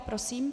Prosím.